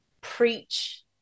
preach